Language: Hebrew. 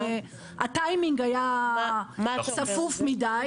הטיימינג היה צפוף מדי.